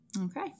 Okay